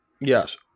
Yes